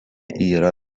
yra